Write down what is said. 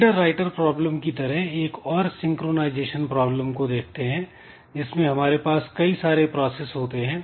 reader writer problem की तरह एक और सिंक्रोनाइजेशन प्रॉब्लम को देखते हैं जिसमें हमारे पास कई सारे प्रोसेस होते हैं